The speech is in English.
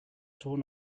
torn